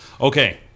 Okay